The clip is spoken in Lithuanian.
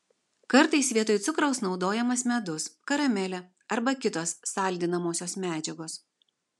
kartais vietoj cukraus naudojamas medus karamelė arba kitos saldinamosios medžiagos